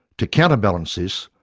to counterbalance this,